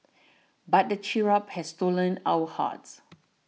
but the cherub has stolen our hearts